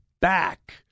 back